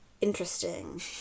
interesting